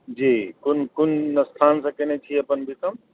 जी कोन कोन स्थानसँ केने छी अपन बी कॉम